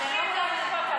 לכפות עליו.